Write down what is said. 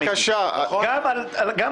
--- אין קונצנזוס גם על הכסף של המפלגות,